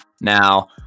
Now